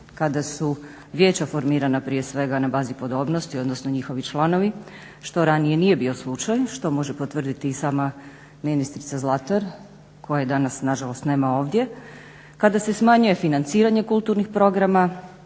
kada su vijeća formirana prije svega na bazi podobnosti, odnosno njihovi članovi što ranije nije bio slučaj što može potvrditi i sama ministrica Zlatar koje danas na žalost nema ovdje. Kada se smanjuje financiranje kulturnih programa